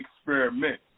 experiment